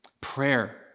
Prayer